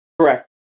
Correct